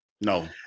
No